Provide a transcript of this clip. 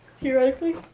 theoretically